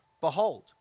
behold